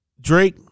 Drake